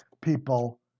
people